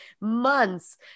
months